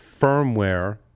firmware